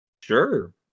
Sure